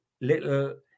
little